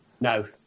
No